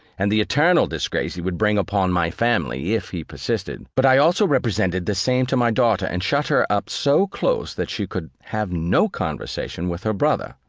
and the eternal disgrace he would bring upon my family, if he persisted but i also represented the same to my daughter, and shut her up so close that she could have no conversation with her brother.